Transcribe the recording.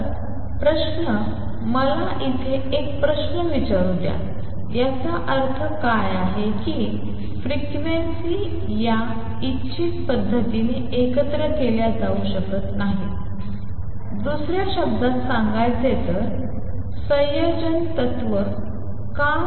तर प्रश्न मला इथे एक प्रश्न विचारू द्या याचा अर्थ काय आहे की फ्रिक्वेन्सी यादृच्छिक पद्धतीने एकत्र केल्या जाऊ शकत नाहीत दुसऱ्या शब्दात सांगायचे तर संयोजन तत्त्व का